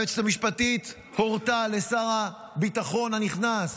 היועצת המשפטית הורתה לשר הביטחון הנכנס,